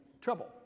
trouble